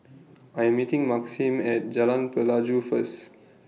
I Am meeting Maxim At Jalan Pelajau First